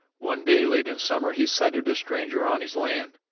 one day late in summer he sighted a stranger on his land,